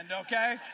okay